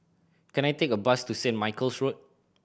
can I take a bus to Saint Michael's Road